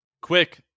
quick